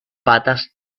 patas